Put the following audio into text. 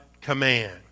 command